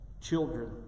children